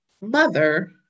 mother